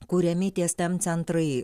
kuriami tie stem centrai